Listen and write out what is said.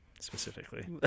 specifically